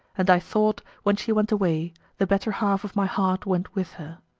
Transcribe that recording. and i thought, when she went away, the better half of my heart went with her.